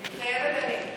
מתחייבת אני.